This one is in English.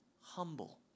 humble